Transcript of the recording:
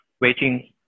waiting